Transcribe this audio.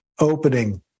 opening